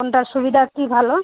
কোনটার সুবিধার কি ভালো